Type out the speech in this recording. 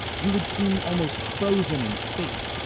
you would seem almost frozen in space,